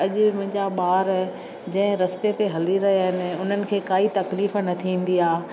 अॼु मुंहिंजा ॿार जंहिं रस्ते ते हली रहियां अहिनि हुननि खे काईं तकलीफ़ न थींदी आहे